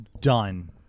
done